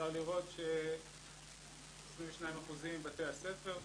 אפשר לראות ש-22% מבתי הספר,